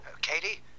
Katie